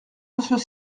monsieur